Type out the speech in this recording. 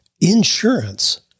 insurance